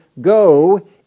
Go